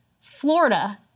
Florida